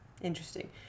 Interesting